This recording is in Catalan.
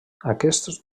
aquests